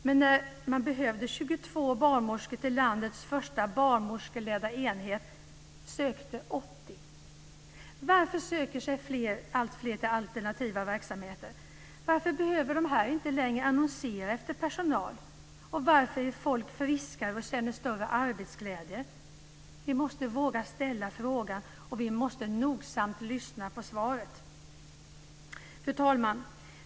Men när man behövde 22 barnmorskor till landets första bernmorskeledda enhet sökte 80. Varför söker sig alltfler till alternativa verksamheter? Varför behöver de inte längre annonsera efter personal? Varför är folk friskare och känner större arbetsglädje? Vi måste våga ställa frågan och vi måste nogsamt lyssna på svaret. Fru talman!